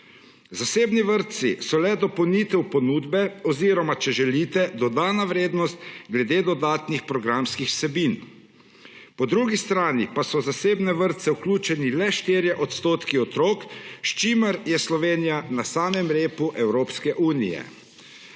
Zasebni vrtci so le dopolnitev ponudbe oziroma če želite dodana vrednost glede dodatnih programskih vsebin. Po drugi strani pa so v zasebne vrtce vključeni le 4 odstotki otrok, s čimer je Slovenija na samem repu Evropske unije.